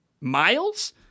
miles